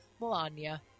Melania